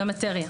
למטריה,